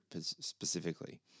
specifically